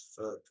fuck